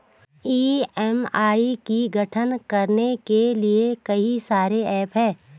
EMI की गणना करने के लिए कई सारे एप्प हैं